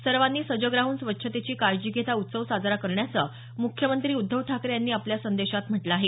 सर्वांनी सजग राहून स्वच्छतेची काळजी घेत हा उत्सव साजरा करण्याचं मुख्यमंत्री उद्धव ठाकरे यांनी आपल्या संदेशात म्हटलं आहे